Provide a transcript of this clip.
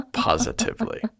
Positively